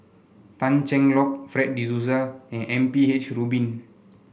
Tan Cheng Lock Fred De Souza and M P H Rubin